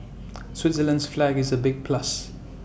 Switzerland's flag is A big plus